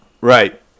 Right